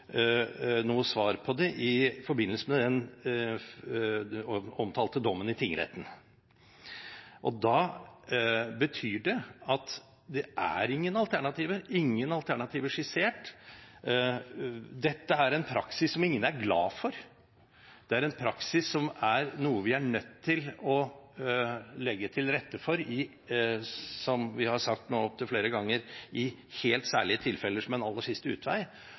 noe svar på det i forbindelse med den omtalte dommen i tingretten. Det betyr at det er ingen alternativer skissert. Dette er en praksis som ingen er glad for. Det er en praksis som vi er nødt til å legge til rette for, som vi har sagt nå opptil flere ganger, i helt særlige tilfeller, som en aller siste utvei.